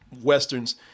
Westerns